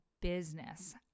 business